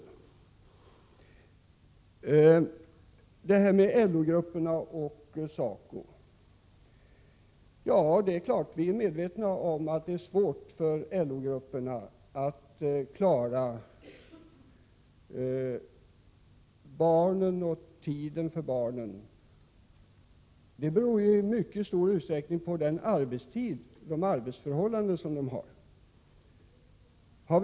Så till detta med LO-grupperna och SACO-grupperna. Vi är naturligtvis medvetna om att det är svårt för LO-grupperna att klara tiden när det gäller barnen. Det beror i mycket stor utsträckning på de arbetsförhållanden som dessa grupper har.